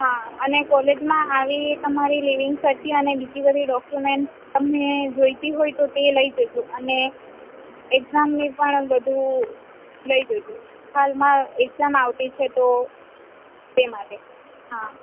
હાં અને કોલેજમાં આવી તમારી લિવિંગ સર્ટિ અને બીજી બધી ડોક્યુમેન્ટસ્ તમને જોઈતી હોય તો તે લઈ જજો અને એકઝામની પણ બધુ લઈ જજો હાલમાં એક્ઝામ આવતી છે તો તે માટે હાં